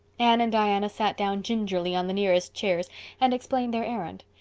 anne and diana sat down gingerly on the nearest chairs and explained their errand.